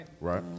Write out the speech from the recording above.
Right